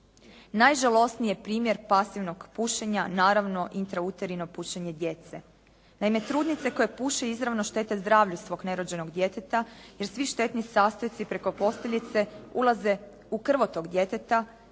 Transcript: Najžalosniji je primjer pasivnog pušenja naravno intrauterino pušenje djece. Naime trudnice koje puše izravno štete zdravlju svog nerođenog djeteta jer svi štetni sastojci preko posteljice ulaze u krvotok djeteta